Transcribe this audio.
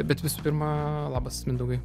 bet visų pirma labas mindaugai